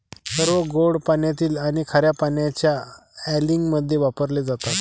सर्व गोड पाण्यातील आणि खार्या पाण्याच्या अँलिंगमध्ये वापरले जातात